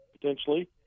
potentially